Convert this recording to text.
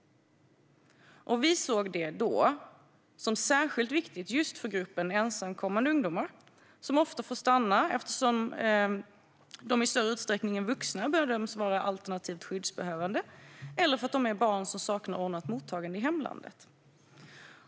Vi såg detta som särskilt viktigt just för gruppen ensamkommande ungdomar, som ofta får stanna eftersom de i större utsträckning än vuxna bedöms vara alternativt skyddsbehövande eller för att de är barn som saknar ett ordnat mottagande i hemlandet.